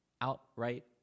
outright